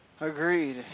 Agreed